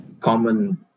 common